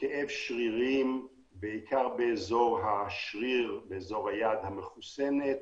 כאב שרירים, בעיקר באזור השריר ביד המחוסנת,